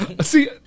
See